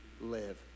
live